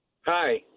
Hi